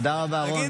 תודה רבה, רון.